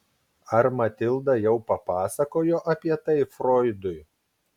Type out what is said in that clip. ar matilda jau papasakojo apie tai froidui